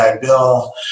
Bill